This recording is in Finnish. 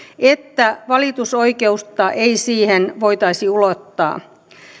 että valitusoikeutta ei siihen voitaisi ulottaa